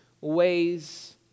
ways